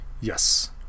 Yes